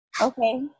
okay